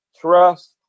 trust